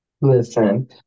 listen